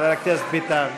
חבר הכנסת ביטן,